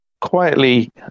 quietly